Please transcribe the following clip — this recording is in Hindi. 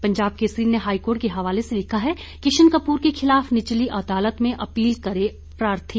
पंजाब केसरी ने हाईकोर्ट के हवाले से लिखा है किशन कपूर के खिलाफ निचली अदालत में अपील करे प्राथी